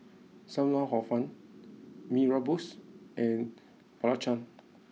Sam Lau Hor Fun Mee Rebus and Belacan